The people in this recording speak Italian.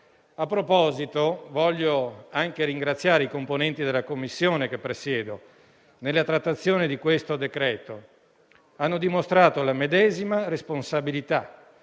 A proposito, voglio anche ringraziare i componenti della Commissione che presiedo, che nella trattazione di questo decreto-legge hanno dimostrato la medesima responsabilità